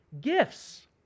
gifts